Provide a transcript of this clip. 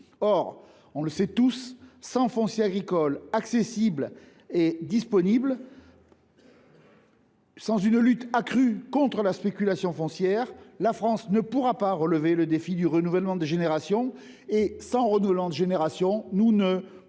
Pourtant, sans foncier agricole accessible et disponible, sans une lutte accrue contre la spéculation foncière, la France ne pourra pas relever le défi du renouvellement des générations. Sans ce renouvellement des générations, nous ne préserverons pas